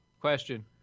Question